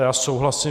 Já souhlasím.